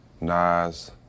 Nas